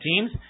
teams